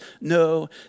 no